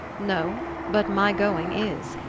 no but my going is,